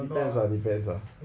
depends lah depends lah